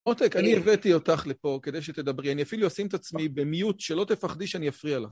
עותק, אני הבאתי אותך לפה כדי שתדברי, אני אפילו אשים את עצמי במיוט, שלא תפחדי שאני אפריע לך.